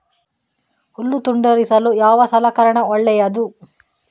ಹುಲ್ಲು ತುಂಡರಿಸಲು ಯಾವ ಸಲಕರಣ ಒಳ್ಳೆಯದು?